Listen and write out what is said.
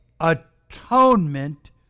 atonement